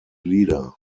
leader